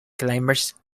climbers